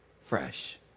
fresh